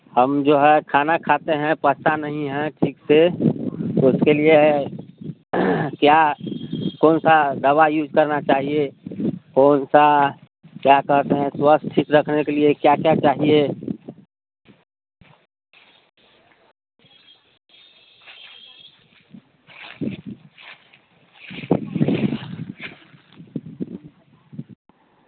हम जो है खाना खाते हैं पचता नहीं हैं ठीक से उसके लिए क्या कौनसा दवा यूज़ करना चाहिए कौनसा क्या कहते हैं स्वास्थ ठीक रखने के लिए क्या क्या चाहिए